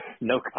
No